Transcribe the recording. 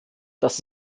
dass